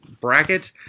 bracket